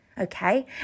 Okay